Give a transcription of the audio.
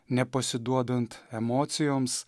nepasiduodant emocijoms